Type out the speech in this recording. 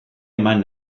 eman